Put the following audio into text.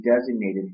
designated